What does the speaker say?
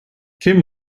kim